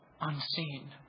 unseen